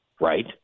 right